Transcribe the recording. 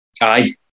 Aye